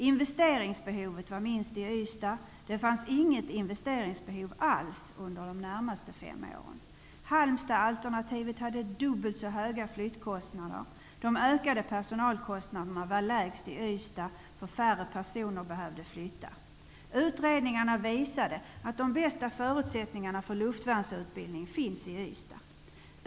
Investeringsbehovet var minst i Ystad. Det fanns inget investeringsbehov alls under de närmaste fem åren. Halmstadalternativet hade dubbelt så höga flyttkostnader. De ökade personalkostnaderna var lägst i Ystad, för färre personer behövde flytta. Utredningarna visade att de bästa förutsättningarna för luftvärnsutbildning finns i Ystad.